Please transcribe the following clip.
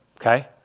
okay